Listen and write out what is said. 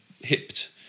hipped